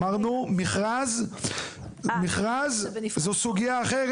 אמרנו מכרז, מכרז זה סוגיה אחרת.